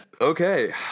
okay